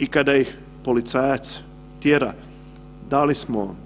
I kada ih policajac tjera, da li smo,